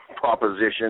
Proposition